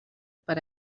per